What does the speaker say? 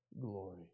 glory